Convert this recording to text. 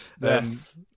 yes